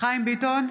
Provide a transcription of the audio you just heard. חיים ביטון,